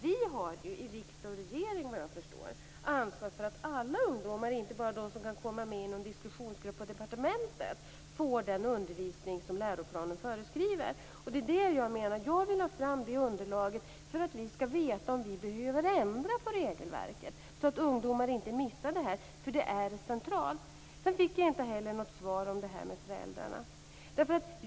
Vi har i riksdag och regering såvitt jag förstår ansvar för att alla ungdomar, inte bara de som kan komma med i någon diskussionsgrupp på departementet, får den undervisning som läroplanen föreskriver. Jag vill ha fram det underlaget för att vi skall veta om vi behöver ändra på regelverket, så att ungdomar inte missar detta. Det är centralt. Sedan fick jag inte något svar på frågan om föräldrarna.